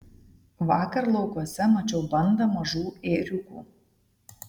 vakar laukuose mačiau bandą mažų ėriukų